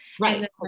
right